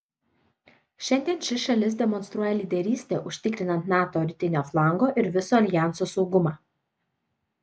šiandien ši šalis demonstruoja lyderystę užtikrinant nato rytinio flango ir viso aljanso saugumą